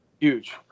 huge